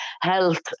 health